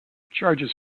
charges